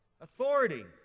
Authority